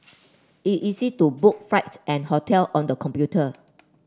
it easy to book flights and hotel on the computer